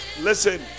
Listen